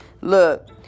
Look